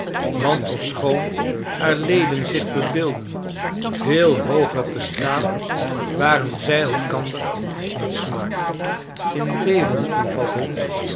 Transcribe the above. want ofschoon haar leden zich verbeeldden veel hooger te staan waren zij elkander in smaak in